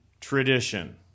tradition